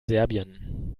serbien